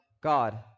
God